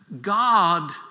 God